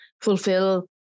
fulfill